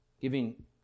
giving